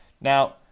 Now